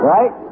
Right